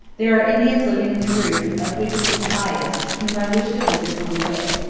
there are indians living in the group, of which it is the highest, whom i wish to visit on the way.